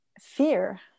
fear